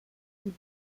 and